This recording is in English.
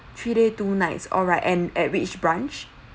three days two nights alright and at which branch